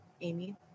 Amy